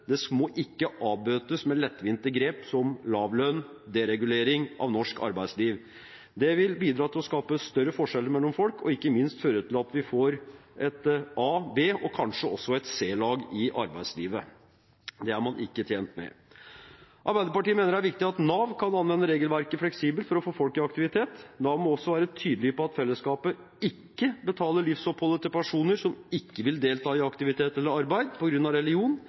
ikke må avbøtes med lettvinte grep, som lav lønn, deregulering av norsk arbeidsliv. Det vil bidra til å skape større forskjeller mellom folk og, ikke minst, føre til at vi får et a-, b- og – kanskje også – c-lag i arbeidslivet. Det er man ikke tjent med. Arbeiderpartiet mener det er viktig at Nav kan anvende regelverket fleksibelt for å få folk i aktivitet. Nav må også være tydelig på at fellesskapet ikke betaler til livsopphold for personer som ikke vil delta i aktivitet eller arbeid på grunn av religion,